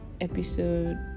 episode